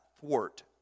thwart